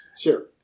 Sure